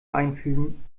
einfügen